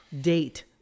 date